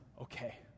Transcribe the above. okay